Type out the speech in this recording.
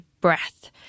breath